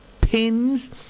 pins